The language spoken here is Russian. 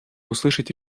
услышать